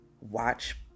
watch